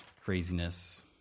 craziness